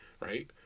right